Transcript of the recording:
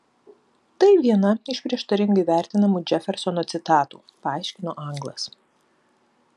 tai viena iš prieštaringai vertinamų džefersono citatų paaiškino anglas